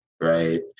Right